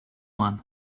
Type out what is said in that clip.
one